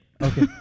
Okay